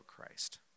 Christ